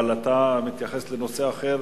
אבל אתה מתייחס לנושא אחר.